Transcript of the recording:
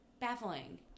baffling